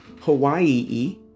Hawaii